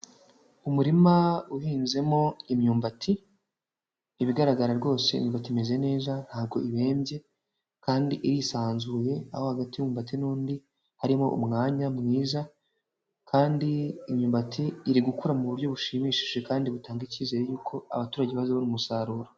Umurima uhinzemo imyumbati, ibigaragara rwose imyumbati imeze neza ntabwo ibembye, kandi irisanzuye aho hagati y'umwumbati n'undi harimo umwanya mwiza kandi imyumbati iri gukura mu buryo bushimishije kandi butanga icyizere yuko abaturage bazabona umusaruro.